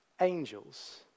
angels